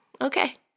Okay